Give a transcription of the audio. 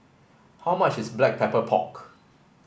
how much is black pepper pork